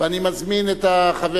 ואני מזמין את חבר